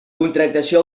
contractació